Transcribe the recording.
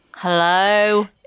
hello